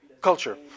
culture